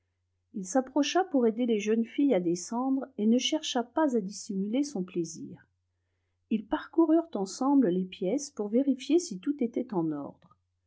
il s'approcha pour aider les jeunes filles à descendre et ne chercha pas à dissimuler son plaisir ils parcoururent ensemble les pièces pour vérifier si tout était en ordre